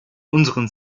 unseren